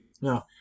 No